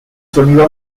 sonido